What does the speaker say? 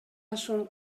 ашуун